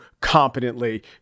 competently